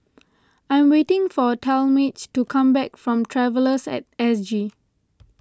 I am waiting for Talmage to come back from Travellers at S G